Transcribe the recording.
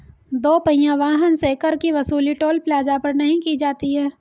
दो पहिया वाहन से कर की वसूली टोल प्लाजा पर नही की जाती है